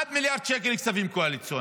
עד מיליארד שקל לכספים הקואליציוניים.